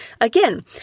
Again